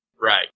Right